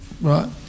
right